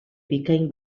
bikain